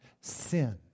sin